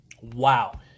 wow